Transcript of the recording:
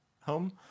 home